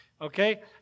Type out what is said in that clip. Okay